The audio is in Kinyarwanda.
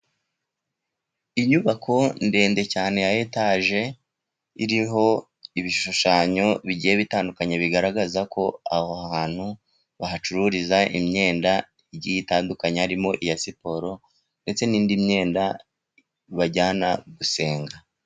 Inyubako ndende cyane ya etaje iriho ibishushanyo bigiye bitandukanye, bigaragaza ko aho hantu bahacururiza imyenda igiye itandukanye, harimo iya siporo ndetse n'indi myenda bajyana gusenga.